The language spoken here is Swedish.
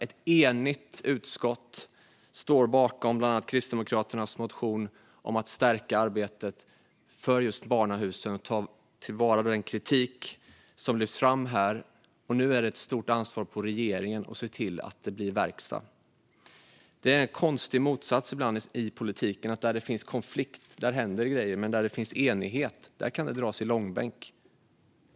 Ett enigt utskott står bakom bland annat Kristdemokraternas motion om att stärka arbetet med just barnahusen och ta vara på den kritik som lyfts fram. Nu vilar ett stort ansvar på regeringen att se till att det blir verkstad. Ibland finns det en konstig motsats i politiken. Där det finns konflikt händer det saker medan det där det råder enighet dras i långbänk.